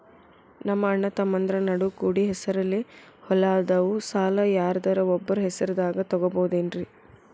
ನಮ್ಮಅಣ್ಣತಮ್ಮಂದ್ರ ನಡು ಕೂಡಿ ಹೆಸರಲೆ ಹೊಲಾ ಅದಾವು, ಸಾಲ ಯಾರ್ದರ ಒಬ್ಬರ ಹೆಸರದಾಗ ತಗೋಬೋದೇನ್ರಿ?